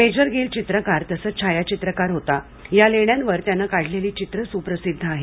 major Gill चित्रकार तसंच छायाचित्रकार होता या लेण्यांवर त्यानं काढलेली चित्र सुप्रसिद्ध आहेत